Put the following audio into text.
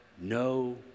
no